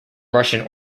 russian